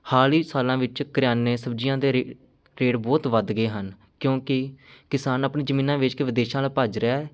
ਹਾਲ ਹੀ ਸਾਲਾਂ ਵਿੱਚ ਕਰਿਆਨੇ ਸਬਜ਼ੀਆਂ ਦੇ ਰੇ ਰੇਟ ਬਹੁਤ ਵੱਧ ਗਏ ਹਨ ਕਿਉਂਕਿ ਕਿਸਾਨ ਆਪਣੀ ਜਮੀਨਾਂ ਵੇਚ ਕੇ ਵਿਦੇਸ਼ਾਂ ਵੱਲ ਭੱਜ ਰਿਹਾ ਹੈ